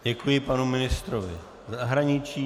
Děkuji panu ministrovi zahraničí.